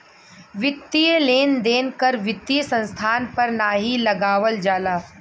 वित्तीय लेन देन कर वित्तीय संस्थान पर नाहीं लगावल जाला